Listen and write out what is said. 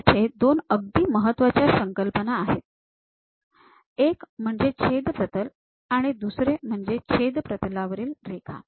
तर इथे दोन अगदी महत्वाच्या संकल्पना आहेत एक म्हणजे छेद प्रतल आणि दुसरी म्हणजे छेद प्रतलावरील रेखा